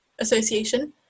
Association